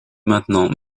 maintenant